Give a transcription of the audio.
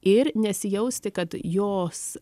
ir nesijausti kad jos